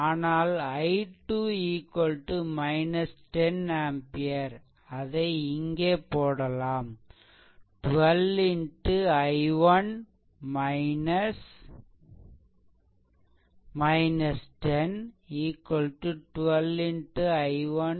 ஆனால் I2 10 ampere அதை இங்கே போடலாம் 12 xI1 - 12 xI1 10